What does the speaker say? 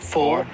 Four